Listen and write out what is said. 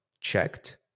checked